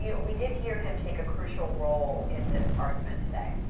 yeah we did hear him take a crucial role in this argument today.